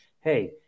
hey